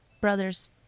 brother's